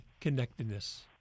Connectedness